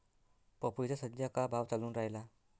पपईचा सद्या का भाव चालून रायला?